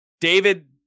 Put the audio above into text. David